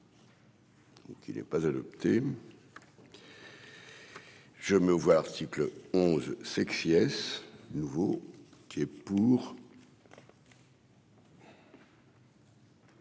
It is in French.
Donc il est pas adopté. Je me voir article 11 sexy nouveau qui est pour.